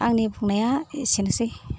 आंनि बुंनाया एसेनोसै